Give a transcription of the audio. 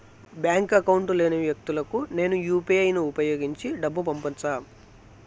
Bank account లేని వ్యక్తులకు నేను యు పి ఐ యు.పి.ఐ ను ఉపయోగించి డబ్బు పంపొచ్చా?